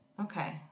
Okay